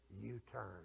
U-turn